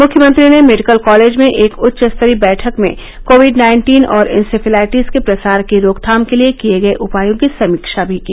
मुख्यमंत्री ने medical college में एक उच्च स्तरीय बैठक में कोविड नाइन्टीन और इंसेफलाइटिस के प्रसार की रोकथाम के लिए किए गए उपायों की समीक्षा भी की